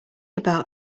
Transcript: about